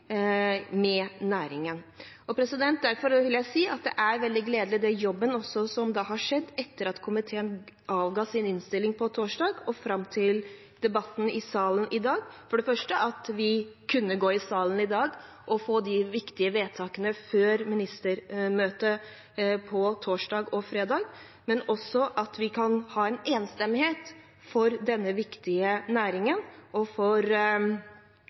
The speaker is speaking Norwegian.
næringen. Derfor vil jeg si at det også er veldig gledelig med den jobben som har skjedd etter at komiteen avga sin innstilling på torsdag og fram til debatten i salen i dag – for det første at vi kunne gå i salen i dag og få de viktige vedtakene før ministermøtet på torsdag og fredag, men også at vi kan ha en enstemmighet for denne viktige næringen og for